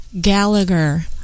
Gallagher